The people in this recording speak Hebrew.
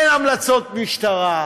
כן המלצות משטרה,